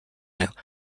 although